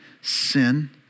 sin